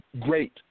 great